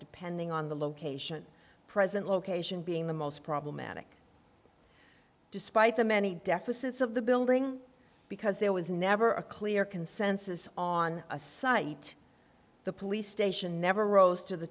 depending on the location present location being the most problematic despite the many deficits of the building because there was never a clear consensus on a site the police station never rose to the